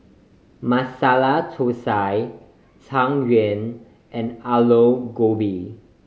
Masala Thosai Tang Yuen and Aloo Gobi